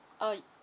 oh